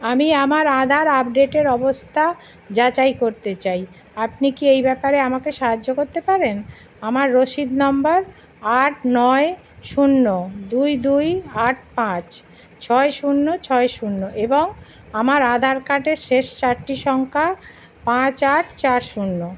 আমি আমার আধার আপডেটের অবস্থা যাচাই করতে চাই আপনি কি এই ব্যাপারে আমাকে সাহায্য করতে পারেন আমার রসিদ নাম্বার আট নয় শূন্য দুই দুই আট পাঁচ ছয় শূন্য ছয় শূন্য এবং আমার আধার কার্ডের শেষ চারটি সংখ্যা পাঁচ আট চার শূন্য